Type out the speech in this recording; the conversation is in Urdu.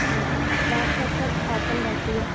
ٹھیک ہے شاپ کب کب اوپن رہتی ہے